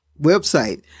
website